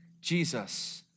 Jesus